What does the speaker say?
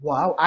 Wow